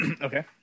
Okay